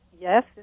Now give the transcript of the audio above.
Yes